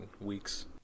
weeks